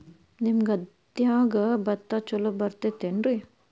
ನಿಮ್ಮ ಗದ್ಯಾಗ ಭತ್ತ ಛಲೋ ಬರ್ತೇತೇನ್ರಿ?